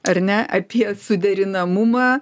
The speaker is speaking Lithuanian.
ar ne apie suderinamumą